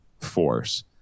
force